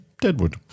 Deadwood